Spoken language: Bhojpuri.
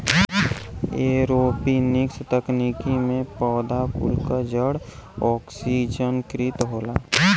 एरोपोनिक्स तकनीकी में पौधा कुल क जड़ ओक्सिजनकृत होला